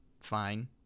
fine